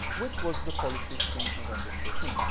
which was the policy since november fourteen.